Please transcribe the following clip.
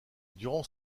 durant